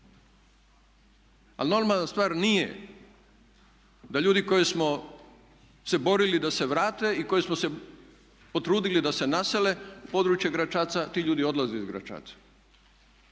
Ali normalna stvar nije da ljudi koji smo se borili da se vrate i koji smo se potrudili da se nasele u područje Gračaca ti ljudi odlaze iz Gračaca.